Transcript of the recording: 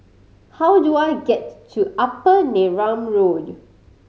how do I get to Upper Neram Road